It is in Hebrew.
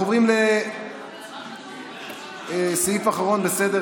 חוב' מ/1310).] אנחנו עוברים לסעיף האחרון בסדר-היום: